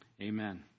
Amen